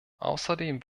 außerdem